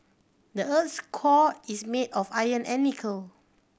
the earth core is made of iron and nickel